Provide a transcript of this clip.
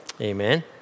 amen